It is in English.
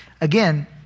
Again